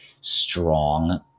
strong